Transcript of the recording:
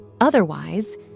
Otherwise